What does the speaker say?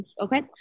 okay